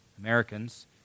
Americans